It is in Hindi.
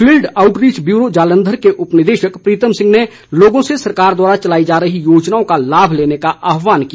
फील्ड आउटरीच ब्यूरो जालंधर के उपनिदेशक प्रीतम सिंह ने लोगों से सरकार द्वारा चलाई जा रही योजनाओं का लाभ लेने का आहवान किया